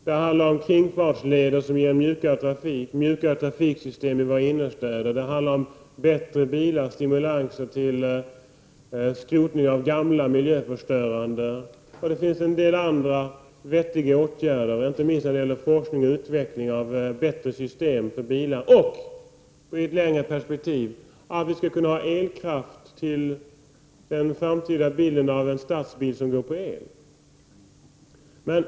Det handlar om kringfartsleder som ger mjukare trafik, mjukare trafiksystem i innerstäder, bättre bilar, stimulanser till skrotning av gamla miljöförstörande bilar och en del andra vettiga åtgärder, inte minst när det gäller forskning om och utveckling av bättre system för bilar och i ett längre perspektiv en stadsbil som går på el.